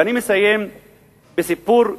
ואני מסיים בסיפור אחר.